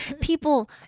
people